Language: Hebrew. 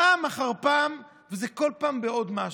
פעם אחר פעם, וזה כל פעם בעוד משהו.